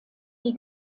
die